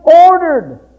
ordered